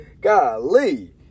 Golly